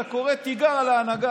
אתה קורא תיגר על ההנהגה.